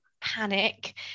panic